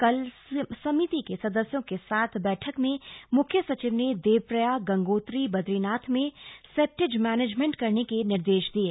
कल समिति के के सदस्यों के साथ बैठक में मुख्य सचिव ने देवप्रयाग गंगोत्री बदरीनाथ में सेप्टेज मैनेजमेंट करने के निर्देश दिये